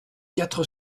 quatre